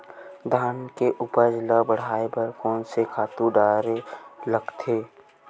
धान के उपज ल बढ़ाये बर कोन से खातु डारेल लगथे?